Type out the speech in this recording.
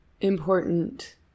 important